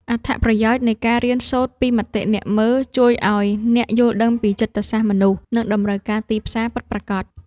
អត្ថប្រយោជន៍នៃការរៀនសូត្រពីមតិអ្នកមើល ជួយឱ្យអ្នកយល់ដឹងពីចិត្តសាស្ត្រមនុស្ស និងតម្រូវការទីផ្សារពិតប្រាកដ។